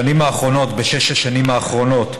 בשש השנים האחרונות